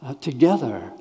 together